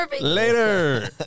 Later